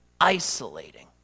isolating